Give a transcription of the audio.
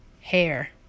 Hair